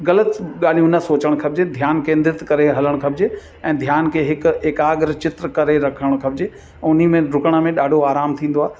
ग़लति ॻाल्हियूं न सोचणू खपिजे ध्यानु केंद्रित करे हलणु खपिजे ऐं ध्यान खे हिकु एक्राग चित्र करे रखणु खपिजे उन में डुकण में ॾाढो आराम थींदो आहे